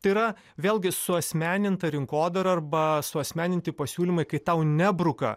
tai yra vėlgi suasmeninta rinkodara arba suasmeninti pasiūlymai kai tau nebruka